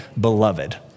beloved